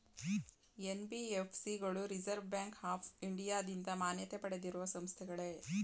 NBFC ಗಳು Reserve Bank of ಇಂಡಿಯಾದಿಂದ ಮಾನ್ಯತೆ ಪಡೆದಿರುವ ಸಂಸ್ಥೆಗಳೇ?